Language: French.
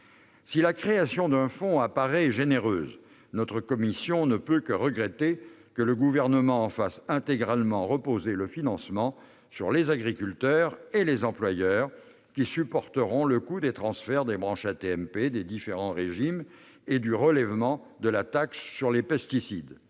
Si la création d'un fonds apparaît généreuse, notre commission ne peut que regretter que le Gouvernement en fasse intégralement reposer le financement sur les agriculteurs et les employeurs. Ces derniers supporteront le coût des transferts des branches AT-MP des différents régimes et du relèvement de la taxe sur les pesticides.